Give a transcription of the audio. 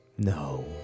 No